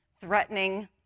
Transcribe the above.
threatening